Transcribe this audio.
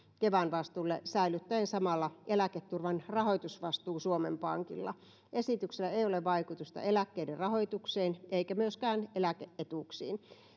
kevan vastuulle säilyttäen samalla eläketurvan rahoitusvastuu suomen pankilla esityksellä ei ole vaikutusta eläkkeiden rahoitukseen eikä myöskään eläke etuuksiin